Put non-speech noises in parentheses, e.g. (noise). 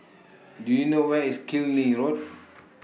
(noise) Do YOU know Where IS Killiney Road